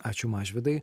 ačiū mažvydai